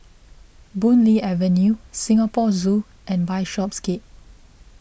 Boon Lay Avenue Singapore Zoo and Bishopsgate